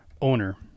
owner